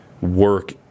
work